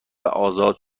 ازاد